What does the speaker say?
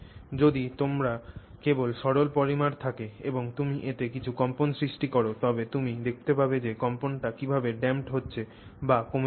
যদি তোমার কেবল সরল পলিমার থাকে এবং তুমি এতে কিছু কম্পন সৃষ্টি কর তবে তুমি দেখতে পাবে যে কম্পনটা কীভাবে ড্যাম্পড হছে বা কমে যাচ্ছে